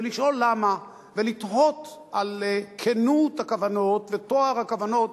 ולשאול למה ולתהות על כנות הכוונות וטוהר הכוונות